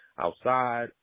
outside